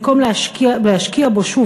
במקום להשקיע בו שוב,